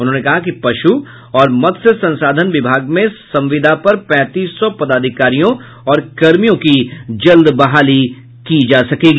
उन्होंने कहा कि पशु और मत्स्य संसाधन विभाग में संविदा पर पैंतीस सौ पदाधिकारियों और कर्मियों की जल्द बहाली की जायेगी